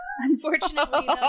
unfortunately